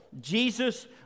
Jesus